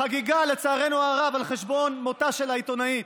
חגיגה, לצערנו הרב, על חשבון מותה של העיתונאית.